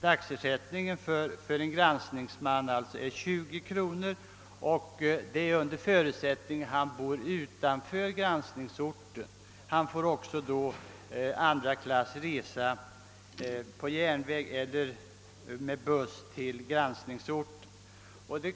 Dagsersättningen till en granskningsman är följaktligen i dag 20 kronor, och den ersättningen får han endast om han bor utanför granskningsorten. Då får han också ersättning för resa i andra klass på järnväg eller med buss till granskningsorten.